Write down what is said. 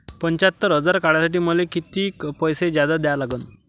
पंच्यात्तर हजार काढासाठी मले कितीक पैसे जादा द्या लागन?